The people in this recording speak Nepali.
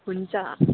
हुन्छ